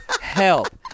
Help